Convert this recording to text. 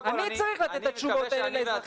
אני צריך לתת את התשובות האלה לאזרחים שפונים אלי.